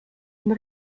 une